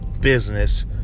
business